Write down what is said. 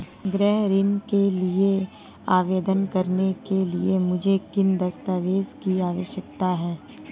गृह ऋण के लिए आवेदन करने के लिए मुझे किन दस्तावेज़ों की आवश्यकता है?